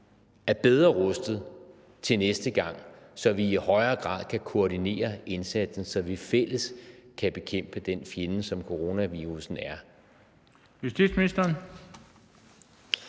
er bedre rustet til næste gang, og så vi i højere grad kan koordinere indsatsen, så vi i fællesskab kan bekæmpe den fjende, som coronavirussen er?